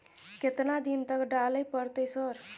केतना दिन तक डालय परतै सर?